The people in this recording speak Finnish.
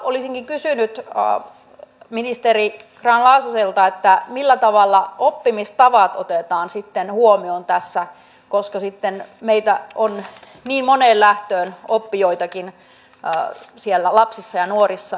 olisinkin kysynyt ministeri grahn laasoselta millä tavalla oppimistavat otetaan huomioon tässä koska sitten meitä on niin moneen lähtöön oppijoitakin siellä lapsissa ja nuorissa